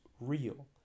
real